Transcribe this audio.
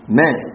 men